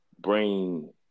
bring